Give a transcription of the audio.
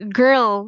girl